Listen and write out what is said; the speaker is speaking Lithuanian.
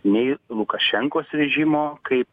nei lukašenkos režimo kaip